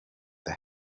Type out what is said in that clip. they